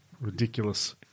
ridiculous